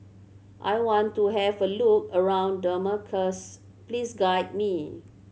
I want to have a look around Damascus please guide me